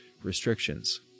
restrictions